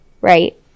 right